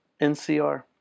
ncr